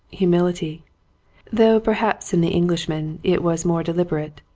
humility though per haps in the englishman it was more deliberate,